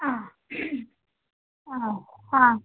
ആ ആ ആ